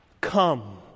Come